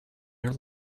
your